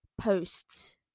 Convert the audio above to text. post